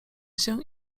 się